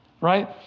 right